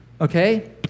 Okay